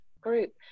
group